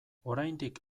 oraindik